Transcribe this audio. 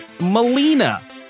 Melina